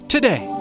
Today